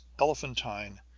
elephantine